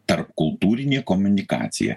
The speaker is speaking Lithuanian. tarpkultūrinė komunikacija